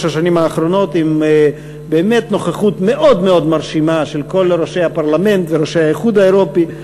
עם נוכחות מאוד מרשימה של כל ראשי הפרלמנט וראשי האיחוד האירופי.